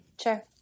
Sure